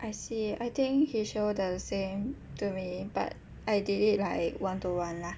I see I think he show the same to me but I did it like one to one lah